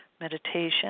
meditation